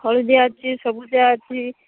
ହଳଦିଆ ଅଛି ସବୁଜିଆ ଅଛି